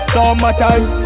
Summertime